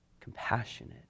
compassionate